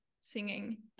singing